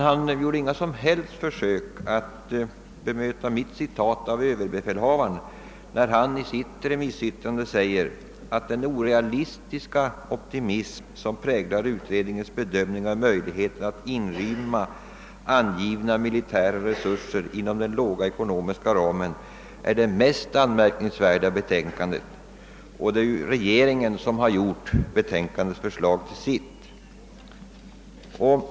Han gjorde dock inga som helst försök att bemöta det av mig anförda citatet från överbefälhavaren, som i sitt remissyttrande uttalar följande: »Den orealistiska optimism som präglat utredningens bedömning av möjligheterna att inrymma angivna militära resurser inom den låga ekonomiska ramen är det mest anmärkningsvärda i betänkandet.» Regeringen har ju gjort betänkandets förslag till sina.